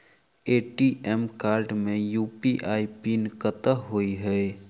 ATM card मे UPI pin कतह होइ है?